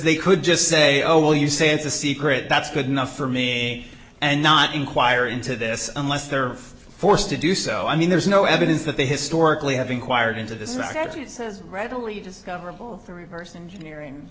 they could just say oh well you say it's a secret that's good enough for me and not inquire into this unless they're forced to do so i mean there's no evidence that they historically have inquired into this market he says readily discoverable for reverse engineering